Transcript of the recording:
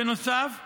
בנוסף,